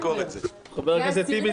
חבר הכנסת טיבי,